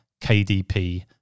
KDP